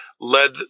led